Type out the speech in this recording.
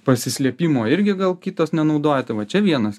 pasislėpimo irgi gal kitas nenaudoja tai va čia vienas